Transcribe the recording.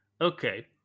okay